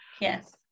yes